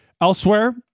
Elsewhere